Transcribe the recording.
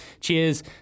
Cheers